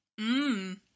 Mmm